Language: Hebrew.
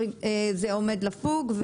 זה עומד לפוג.